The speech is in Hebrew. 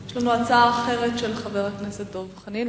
יש לנו הצעה אחרת של חבר הכנסת דב חנין,